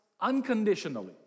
unconditionally